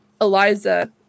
Eliza